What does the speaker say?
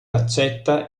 accetta